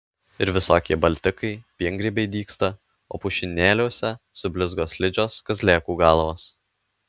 ir visokie baltikai piengrybiai dygsta o pušynėliuose sublizgo slidžios kazlėkų galvos